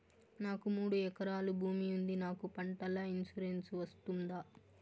నాకు మూడు ఎకరాలు భూమి ఉంది నాకు పంటల ఇన్సూరెన్సు వస్తుందా?